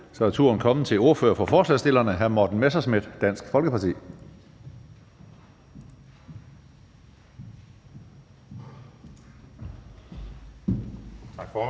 Så er turen kommet til ordføreren for forslagsstillerne, hr. Morten Messerschmidt, Dansk Folkeparti. Kl.